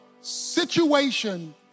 situation